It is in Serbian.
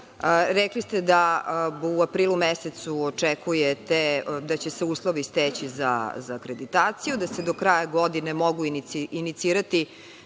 Rekli ste da u aprilu mesecu očekujete da će se uslovi steći za akreditaciju, da se do kraja godine mogu inicirati